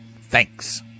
Thanks